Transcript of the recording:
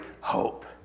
hope